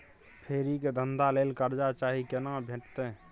फेरी के धंधा के लेल कर्जा चाही केना भेटतै?